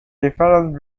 differences